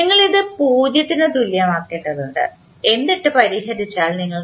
നിങ്ങൾ ഇത് 0 ന് തുല്യമാക്കേണ്ടതുണ്ട് എന്നിട്ട് പരിഹരിച്ചാൽ നിങ്ങൾക്ക്